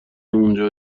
اونجا